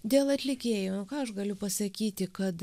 dėl atlikėjo nu ką aš galiu pasakyti kad